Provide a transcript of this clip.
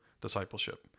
discipleship